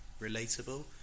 relatable